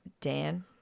Dan